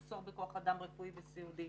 מחסור בכוח אדם רפואי וסיעודי.